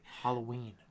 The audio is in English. Halloween